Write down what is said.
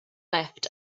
left